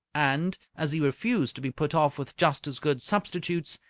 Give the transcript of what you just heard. and, as he refused to be put off with just-as-good substitutes,